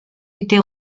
été